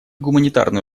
гуманитарные